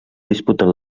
disputen